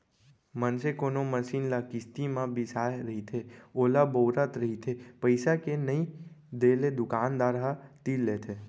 मनसे कोनो मसीन ल किस्ती म बिसाय रहिथे ओला बउरत रहिथे पइसा के नइ देले दुकानदार ह तीर लेथे